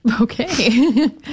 Okay